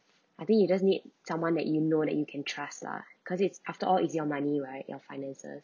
I think you just need someone that you know that you can trust lah cause this is after all is your money right your finances